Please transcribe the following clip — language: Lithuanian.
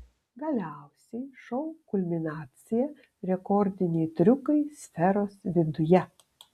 galiausiai šou kulminacija rekordiniai triukai sferos viduje